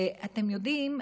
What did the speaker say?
ואתם יודעים,